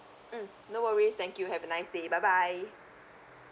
mm no worries thank you have a nice day bye bye